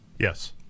Yes